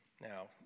Now